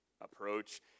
approach